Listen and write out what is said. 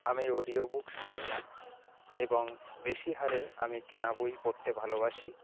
আমি audio book শুনি না এবং বেশি হারে আমি কেনা বই পড়তে ভালোবাসি